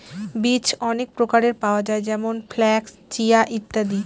বীজ অনেক প্রকারের পাওয়া যায় যেমন ফ্লাক্স, চিয়া, ইত্যাদি